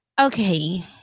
Okay